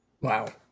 Wow